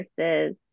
versus